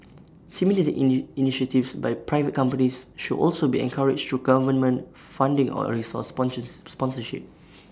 similar initiatives by private companies should also be encouraged through government funding or resource sponsors sponsorship